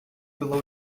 pela